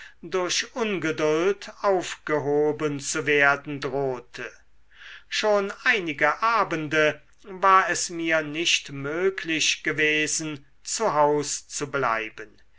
durch ungeduld aufgehoben zu werden drohte schon einige abende war es mir nicht möglich gewesen zu haus zu bleiben